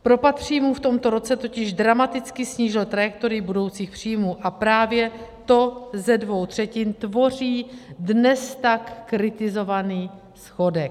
Propad příjmů v tomto roce totiž dramaticky snížil trajektorii budoucích příjmů a právě to ze dvou třetin tvoří dnes tak kritizovaný schodek.